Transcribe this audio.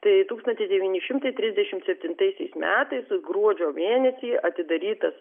tai tūkstantis devyni šimtai trisdešimt septintaisiais metais gruodžio mėnesį atidarytas